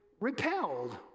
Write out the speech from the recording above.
repelled